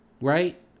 Right